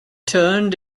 turned